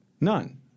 None